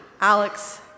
Alex